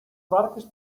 barques